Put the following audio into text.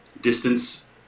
distance